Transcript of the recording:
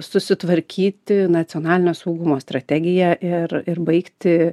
susitvarkyti nacionalinio saugumo strategiją ir ir baigti